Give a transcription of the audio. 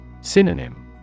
Synonym